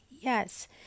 Yes